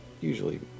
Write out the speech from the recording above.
usually